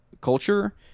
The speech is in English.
culture